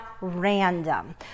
random